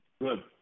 Good